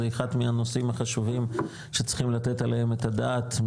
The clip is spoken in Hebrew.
אחד מהנושאים החשובים שצריכים לתת עליהם את הדעת,